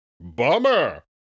Bummer